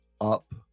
up